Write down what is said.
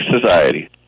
society